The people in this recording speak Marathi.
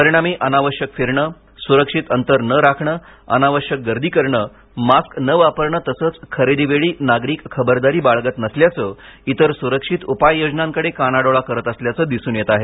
परिणामी अनावश्यक फिरणे गर्दी करणे सुरक्षित अंतर न राखण अनावश्यक गर्दी करणे मास्क न वापरणे तसेच खरेदीवेळी नागरिक खबरदारी बाळगत नसल्याचे इतर सुरक्षित उपाय योजनांकड़े कानाडोळा करत असल्याचे दिसून येत आहे